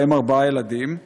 ובהם ארבעה ילדים,